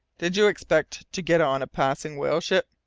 did you expect to get on a passing whale-ship?